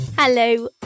Hello